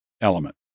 element